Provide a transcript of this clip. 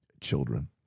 children